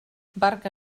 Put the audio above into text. barca